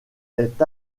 est